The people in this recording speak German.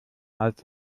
als